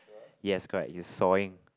yes correct he's sawing